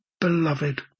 beloved